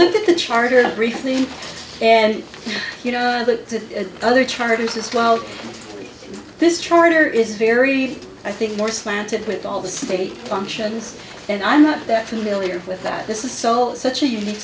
look at the charter recently and you know the other charities as well this charter is very i think more slanted with all the state functions and i'm not that familiar with that this is so such a unique